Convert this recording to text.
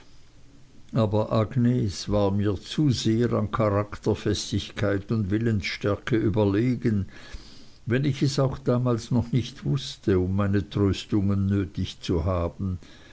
aber agnes war mir zu sehr an charakterfestigkeit und willensstärke überlegen wenn ich es auch damals noch nicht wußte um meine tröstungen nötig zu haben